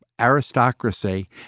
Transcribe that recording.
aristocracy